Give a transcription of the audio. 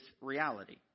reality